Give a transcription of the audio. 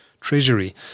Treasury